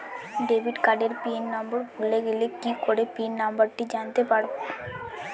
Debit কার্ডের pin number ভুলে গেলে কি করে পিন নম্বরটি জানতে পারবো?